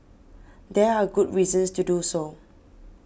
there are good reasons to do so